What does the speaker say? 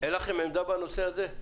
אין לכם עמדה בנושא הזה?